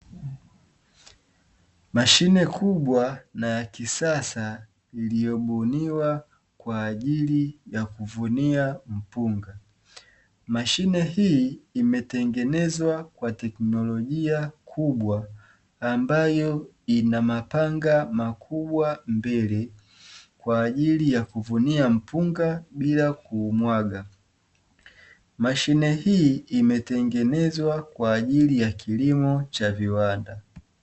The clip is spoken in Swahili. Mashine kubwa na ya kisasa iliyobuniwa kwajili ya kuvunia mpunga, mashine hii imetengenezwa kwa teknolojia kubwa ambayo inamapanga makubwa mbili kwajili yakuvunia mpinga bila kumwaga, mashine hii imetengenezwa kwajili ya kilimo cha viwanda.